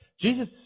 Jesus